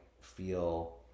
feel